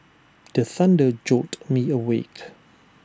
the thunder jolt me awake